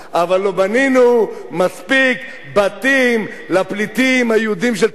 אבל לא בנינו מספיק בתים לפליטים היהודים של תל-אביב,